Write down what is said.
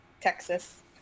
Texas